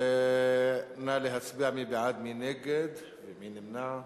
נא להצביע מי בעד, מי נגד ומי נמנע.